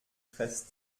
fest